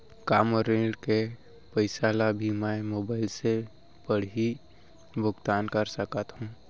का मोर ऋण के पइसा ल भी मैं मोबाइल से पड़ही भुगतान कर सकत हो का?